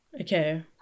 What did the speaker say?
Okay